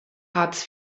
hartz